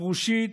הפרושית,